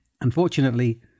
Unfortunately